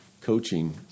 coaching